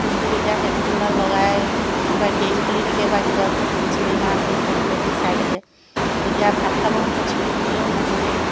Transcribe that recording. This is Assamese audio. তাহাঁতি যেতিয়া হেডফোনডাল লগাই কিবা গেম খেলি থাকে বা কিবা চিনেমা ভিডিঅ' কিবাকিবি চাই থাকে তেতিয়া ভাত খাব সময়ত চিঞৰি থাকিলেও নুশুনে